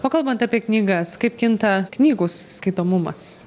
o kalbant apie knygas kaip kinta knygų skaitomumas